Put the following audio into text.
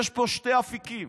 יש פה שני אפיקים.